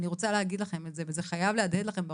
אני רוצה להגיד לכם את זה וזה חייב להדהד לכם בראש,